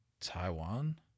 Taiwan